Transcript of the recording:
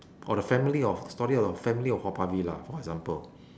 or the family of the story about family of haw par villa for example